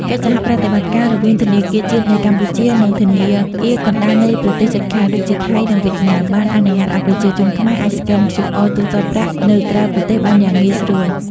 កិច្ចសហប្រតិបត្តិការរវាងធនាគារជាតិនៃកម្ពុជា និងធនាគារកណ្ដាលនៃប្រទេសជិតខាង (ដូចជាថៃ និងវៀតណាម) បានអនុញ្ញាតឱ្យប្រជាជនខ្មែរអាចស្កែន QR ទូទាត់ប្រាក់នៅក្រៅប្រទេសបានយ៉ាងងាយស្រួល។